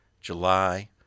July